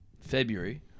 February